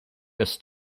ist